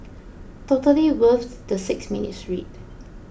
totally worth the six minutes read